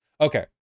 Okay